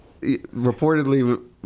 reportedly